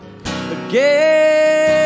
again